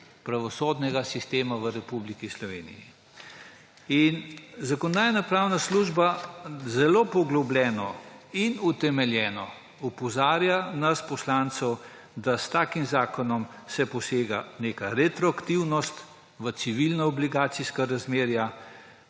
pravosodnega sistema v Republiki Sloveniji. Zakonodajno-pravna služba zelo poglobljeno in utemeljeno opozarja nas, poslance, da se s takim zakonom posega z neko retroaktivnostjo v civilna obligacijska razmerja.